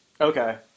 Okay